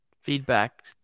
feedback